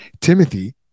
Timothy